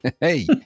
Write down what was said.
Hey